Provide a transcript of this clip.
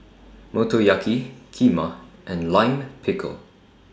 Motoyaki Kheema and Lime Pickle